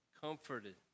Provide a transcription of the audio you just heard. comforted